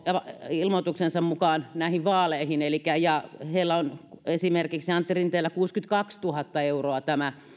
ilmoituksensa mukaan nolla euroa näihin vaaleihin ja esimerkiksi antti rinteellä on kuusikymmentäkaksituhatta euroa tämä